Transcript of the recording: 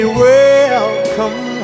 welcome